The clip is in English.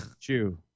Chew